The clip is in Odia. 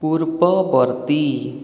ପୂର୍ବବର୍ତ୍ତୀ